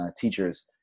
teachers